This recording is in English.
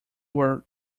were